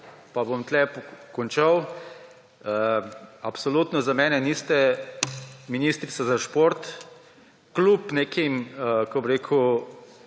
bom tukaj končal, absolutno za mene niste ministrica za šport, kljub nekim, kako bi rekel,